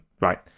right